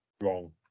wrong